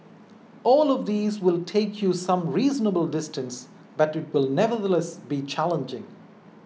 all of these will take you some reasonable distance but it will nevertheless be challenging